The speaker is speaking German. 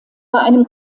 einem